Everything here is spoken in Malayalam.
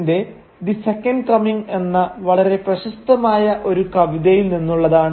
B Yeats the second coming എന്ന വളരെ പ്രശസ്തമായ ഒരു കവിതയിൽ നിന്നുള്ളതാണ്